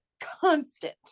Constant